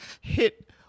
hit